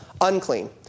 unclean